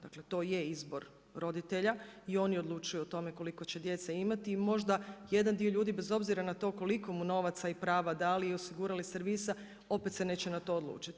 Dakle, to je izbor roditelja i oni odlučuju o tome koliko će djece imati, možda jedan dio ljudi bez obzira na to koliko mu novaca i prava dali i osigurali servisa, opet se neće na to odlučiti.